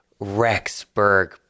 Rexburg